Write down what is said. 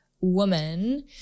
woman